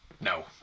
No